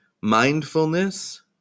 mindfulness